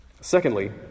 Secondly